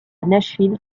nashville